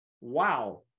wow